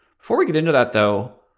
before we get into that, though,